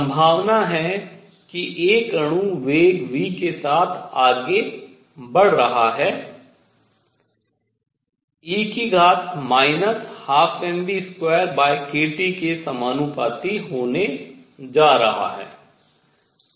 संभावना है कि एक अणु वेग v के साथ आगे बढ़ रहा है e 12mv2kT के समानुपाती होने जा रहा है